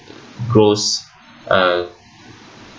grows uh